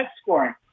scoring